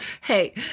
hey